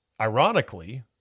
ironically